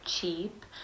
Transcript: cheap